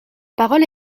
parole